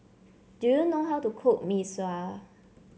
do you know how to cook Mee Sua